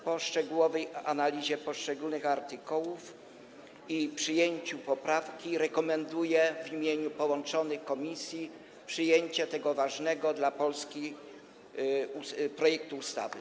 Po szczegółowej analizie poszczególnych artykułów i przyjęciu poprawki rekomenduję w imieniu połączonych komisji przyjęcie tego ważnego dla Polski projektu ustawy.